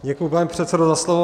Děkuji, pane předsedo, za slovo.